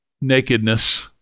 nakedness